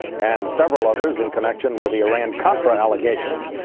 and several others in connection with the iran-contra allegations.